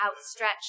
outstretched